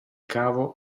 cavo